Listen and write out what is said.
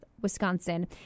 Wisconsin